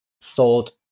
sold